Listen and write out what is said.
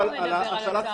על מה הוא מדבר, על הצהרונים?